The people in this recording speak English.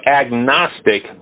agnostic